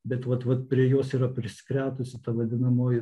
bet vat vat prie jos yra priskretusi ta vadinamoji